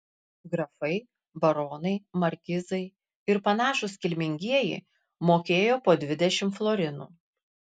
grafai baronai markizai ir panašūs kilmingieji mokėjo po dvidešimt florinų